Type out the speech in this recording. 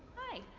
hi,